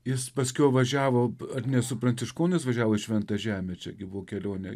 jis paskiau važiavo ar ne su pranciškonais važiavo į šventą žemę čia gi buvo kelionė